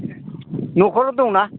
न'खराव दंना